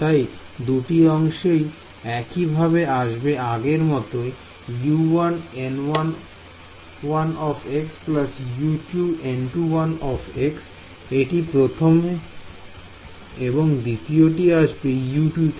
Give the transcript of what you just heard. তাই দুটি অংশই এইভাবে আসবে আগের মতই এটি প্রথম এবং দ্বিতীয়টি আসবে থেকে